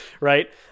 Right